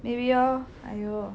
maybe hor !aiyo!